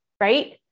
right